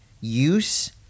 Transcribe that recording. use